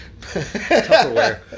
Tupperware